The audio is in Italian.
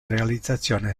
realizzazione